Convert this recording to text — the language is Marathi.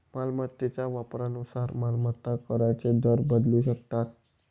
मालमत्तेच्या वापरानुसार मालमत्ता कराचे दर बदलू शकतात